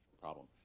problem